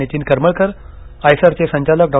नीतीन करमळकर आयसरचे संचालक डॉ